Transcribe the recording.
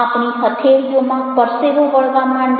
આપણી હથેળીઓમાં પરસેવો વળવા માંડે